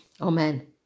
Amen